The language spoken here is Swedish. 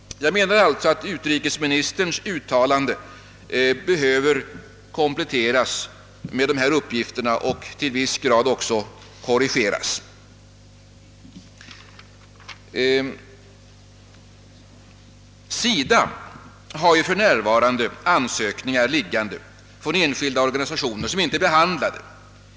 Jag har ansett att utrikesministerns uttalande behövde kompletteras och i viss mån också korrigeras med dessa uppgifter. SIDA har för närvarande ansökningar från enskilda organisationer som inte behandlats.